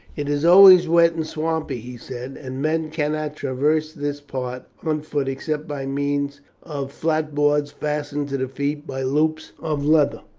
it is always wet and swampy, he said and men cannot traverse this part on foot except by means of flat boards fastened to the feet by loops of leather